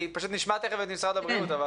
שלום.